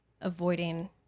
avoiding